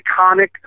iconic